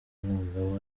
mwuga